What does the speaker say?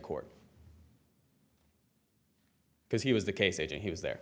court because he was the case agent he was there